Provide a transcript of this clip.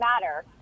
matter